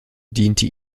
diente